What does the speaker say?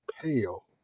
pale